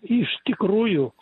iš tikrųjų